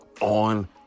on